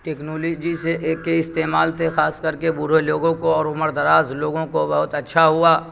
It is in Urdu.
ٹیکنولیجی سے ایک کے استعمال تھے خاص کر کے بوڑھے لوگوں کو اور عمر دراز لوگوں کو بہت اچھا ہوا